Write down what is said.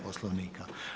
Poslovnika.